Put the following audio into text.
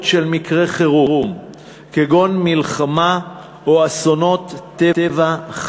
של מקרי חירום כגון מלחמה או אסונות טבע,